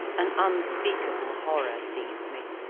an unspeakable horror seized me.